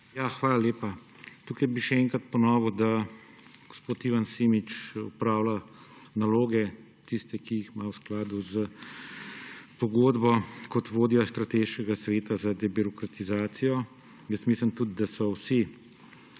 Hvala lepa. Tukaj bi še enkrat ponovil, da gospod Ivan Simič opravlja tiste naloge, ki jih ima v skladu s pogodbo kot vodja Strateškega sveta za debirokratizacijo. Mislim tudi, da so vse